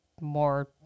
more